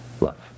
love